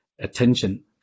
attention